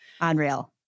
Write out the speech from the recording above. Unreal